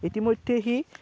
ইতিমধ্যেই সি